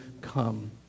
come